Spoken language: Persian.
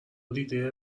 دیده